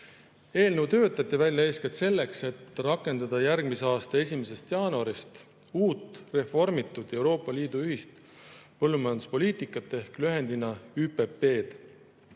Eelnõu töötati välja eeskätt selleks, et rakendada järgmise aasta 1. jaanuarist uut reformitud Euroopa Liidu ühist põllumajanduspoliitikat ehk ÜPP‑d.Tahan